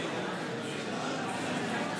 אם כן,